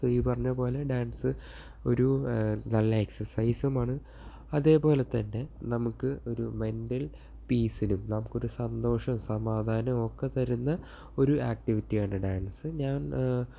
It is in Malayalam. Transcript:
ഇപ്പോൾ ഈ പറഞ്ഞതു പോലെ ഡാൻസ് ഒരു നല്ല എക്സർസൈസുമാണ് അതേപോലെ തന്നെ നമുക്ക് ഒരു മെൻറ്റൽ പീസിനും നമുക്കൊരു സന്തോഷവും സമാധാനവും ഒക്കെ തരുന്ന ഒരു ആക്ടിവിറ്റിയാണ് ഡാൻസ് ഞാൻ